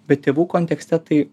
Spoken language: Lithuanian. bet tėvų kontekste tai